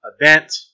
event